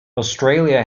australia